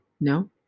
no